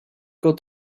wam